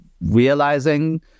realizing